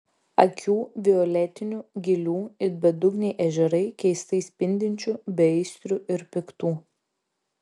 akių violetinių gilių it bedugniai ežerai keistai spindinčių beaistrių ir piktų